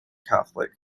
catholic